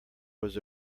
was